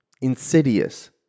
insidious